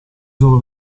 solo